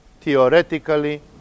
theoretically